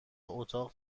اتاق